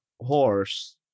horse